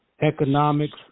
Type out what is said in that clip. economics